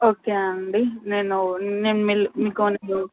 okay అండి నేను నేను మెల్ మీకు